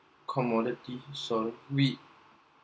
commodity so we